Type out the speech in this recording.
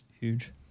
huge